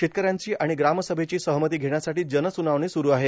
शेतकऱ्यांची आणि ग्रामसभेची सहमती घेण्यासाठी जन सुनावणी सुरु आहे